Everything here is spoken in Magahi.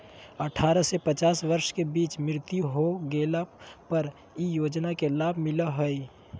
अठारह से पचास वर्ष के बीच मृत्यु हो गेला पर इ योजना के लाभ मिला हइ